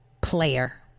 player